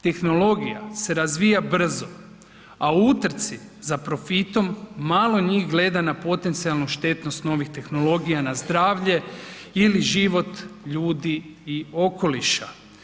Tehnologija se razvija brzo, a u utrci za profitom malo njih gleda na potencijalnu štetnost novih tehnologija na zdravlje ili život ljudi i okoliša.